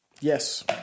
Yes